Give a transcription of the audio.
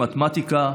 מתמטיקה,